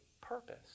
purpose